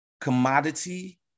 commodity